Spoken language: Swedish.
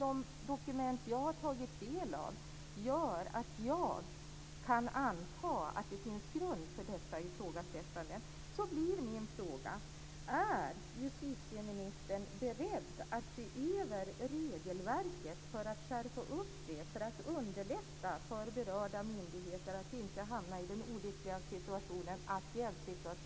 De dokument som jag har tagit del av gör att jag kan anta att det finns grund för detta ifrågasättande. Då blir min fråga till justitieministern: Är justitieministern beredd att se över regelverket för att skärpa upp det för att underlätta för berörda myndigheter så att de inte hamnar i den olyckliga situationen att jäv uppstår?